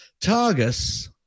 Targus